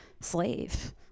slave